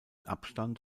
abstand